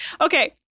Okay